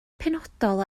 penodol